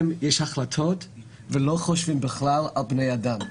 יש החלטות ולא חושבים בכלל על בני אדם.